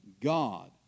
God